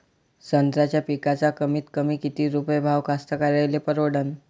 संत्र्याचा पिकाचा कमीतकमी किती रुपये भाव कास्तकाराइले परवडन?